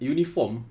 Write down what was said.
Uniform